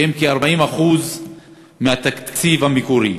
שהם כ-40% מהתקציב המקורי.